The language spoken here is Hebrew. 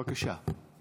בבקשה.